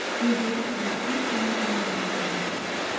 we have voted to hold two semi-formal dances this winter.